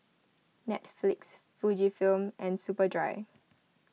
Netflix Fujifilm and Superdry